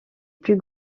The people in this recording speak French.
plus